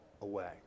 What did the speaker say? away